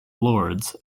lords